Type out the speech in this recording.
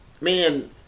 Man